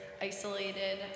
isolated